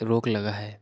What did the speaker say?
रोक लगा है